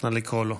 נא לקרוא לו.